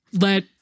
let